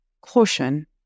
caution